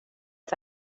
att